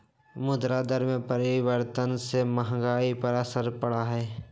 मुद्रा दर में परिवर्तन से महंगाई पर असर पड़ा हई